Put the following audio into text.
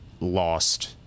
lost